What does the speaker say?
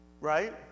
right